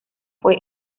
fue